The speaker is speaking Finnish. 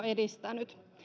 edistänyt